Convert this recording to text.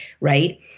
right